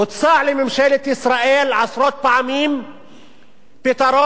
הוצע לממשלת ישראל עשרות פעמים פתרון,